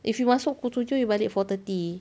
if you masuk pukul tujuh you balik four thirty